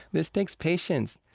this takes patience.